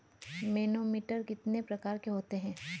Manometer कितने प्रकार के होते हैं?